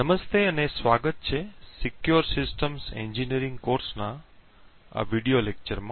નમસ્તે અને સ્વાગત છે સીકયોર સિસ્ટમ્સ એન્જિનિયરિંગ કોર્સના આ વીડિયો લેક્ચરમાં